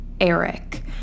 Eric